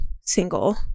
single